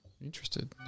interested